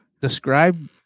describe